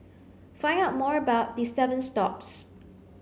find out more about the seven stops